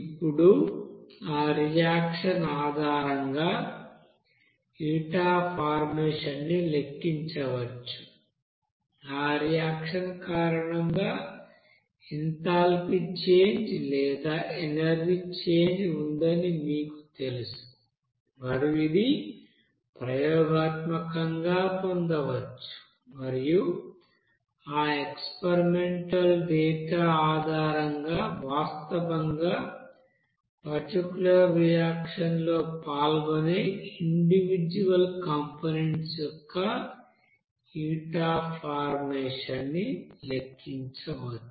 ఇప్పుడు ఆ రియాక్షన్ ఆధారంగా హీట్ అఫ్ ఫార్మేషన్ ని లెక్కించవచ్చు ఆ రియాక్షన్ కారణంగా ఎoథాల్పీ చేంజ్ లేదా ఎనర్జీ చేంజ్ ఉందని మీకు తెలుసు మరియు ఇది ప్రయోగాత్మకంగా పొందవచ్చు మరియు ఆ ఎక్స్పెరిమెంటల్ డేటా ఆధారంగా వాస్తవంగా పర్టిక్యూలర్ రియాక్షన్ లో పాల్గొనే ఇండివిడ్యుఅల్ కంపోనెంట్స్ యొక్క హీట్ అఫ్ ఫార్మేషన్ ని లెక్కించవచ్చు